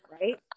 right